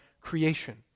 creation